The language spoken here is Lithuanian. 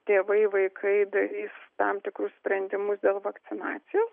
tėvai vaikai darys tam tikrus sprendimus dėl vakcinacijos